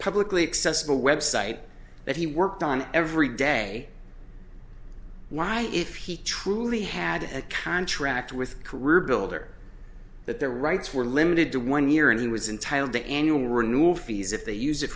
publicly accessible website that he worked on every day why if he truly had a contract with career builder that their rights were limited to one year and he was entitle the annual renewal fees if they use it